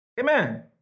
Amen